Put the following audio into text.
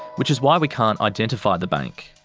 which is why we can't identify the bank.